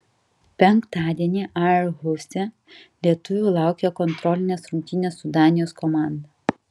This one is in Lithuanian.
penktadienį aarhuse lietuvių laukia kontrolinės rungtynės su danijos komanda